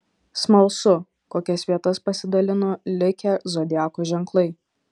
smalsu kokias vietas pasidalino likę zodiako ženklai